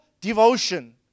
devotion